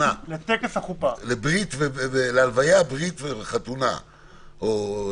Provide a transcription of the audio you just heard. להלוויה אולי לא,